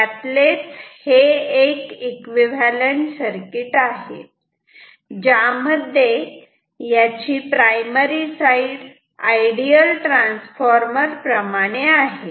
त्यातले हे एक एकविव्हॅलंट सर्किट आहे ज्यामध्ये याची प्रायमरी साईड आयडियल ट्रान्सफॉर्मर प्रमाणे आहे